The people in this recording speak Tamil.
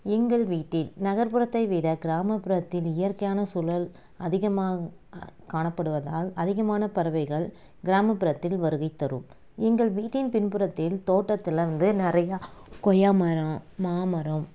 எங்கள் வீட்டில் நகர்ப்புறத்தை விட கிராமப்புறத்தில் இயற்கையானச் சூழல் அதிகமாக காணப்படுவதால் அதிகமான பறவைகள் கிராமப்புறத்தில் வருகை தரும் எங்கள் வீட்டின் பின்புறத்தில் தோட்டத்தில் வந்து நிறையா கொய்யா மரம் மாமரம்